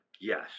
Yes